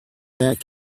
back